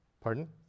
Pardon